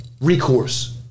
recourse